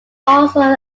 also